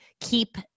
keep